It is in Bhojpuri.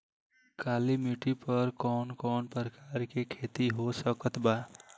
काली मिट्टी पर कौन कौन प्रकार के खेती हो सकत बा?